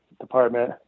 department